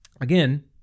Again